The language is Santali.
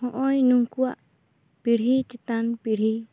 ᱦᱚᱜᱼᱚᱭ ᱱᱩᱝᱠᱩᱭᱟᱜ ᱯᱤᱲᱦᱤ ᱪᱮᱛᱟᱱ ᱯᱤᱲᱦᱤ